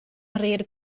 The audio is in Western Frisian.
reade